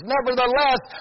Nevertheless